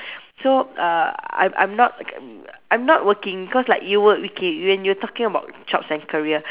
so uh I'm I'm not I'm not working because like you would okay when you are talking about jobs and career